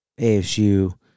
ASU